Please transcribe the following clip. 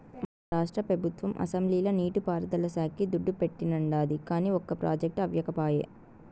మన రాష్ట్ర పెబుత్వం అసెంబ్లీల నీటి పారుదల శాక్కి దుడ్డు పెట్టానండాది, కానీ ఒక ప్రాజెక్టు అవ్యకపాయె